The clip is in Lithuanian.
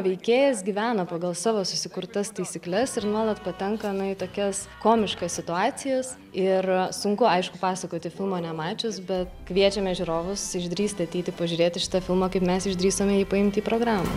veikėjas gyvena pagal savo susikurtas taisykles ir nuolat patenka na į tokias komiškas situacijas ir sunku aišku pasakoti filmo nemačius bet kviečiame žiūrovus išdrįsti ateiti pažiūrėti šitą filmą kaip mes išdrįsome jį paimti į programą